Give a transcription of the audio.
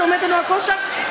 שעומד במקום שם,